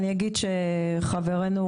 חברנו,